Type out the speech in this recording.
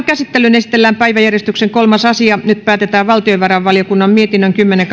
käsittelyyn esitellään päiväjärjestyksen kolmas asia nyt päätetään valtiovarainvaliokunnan mietinnön kymmenen